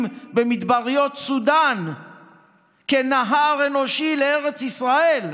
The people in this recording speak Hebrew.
במדבריות סודאן כנהר אנושי לארץ ישראל,